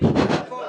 מה טוב,